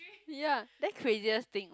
ya then craziest thing